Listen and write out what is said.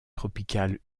tropicales